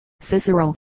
Cicero